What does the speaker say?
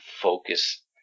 focus